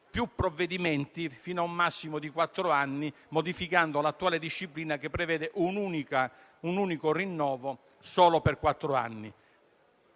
più provvedimenti, fino a un massimo di quattro anni, modificando l'attuale disciplina, che prevede un unico rinnovo, solo per quattro anni.